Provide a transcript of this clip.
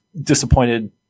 disappointed